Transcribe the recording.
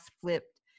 flipped